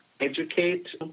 educate